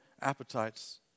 appetites